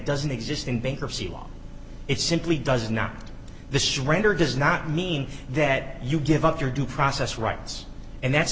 doesn't exist in bankruptcy law it simply does not this render does not mean that you give up your due process rights and that's